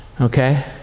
Okay